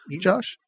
Josh